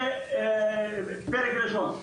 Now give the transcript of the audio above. זה פרק ראשון.